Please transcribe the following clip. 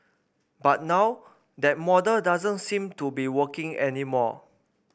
but now that model doesn't seem to be working anymore